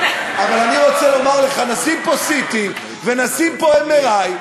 אבל אני רוצה לומר לך: נשים פה CT ונשים פה MRI,